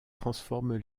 transforment